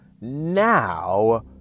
Now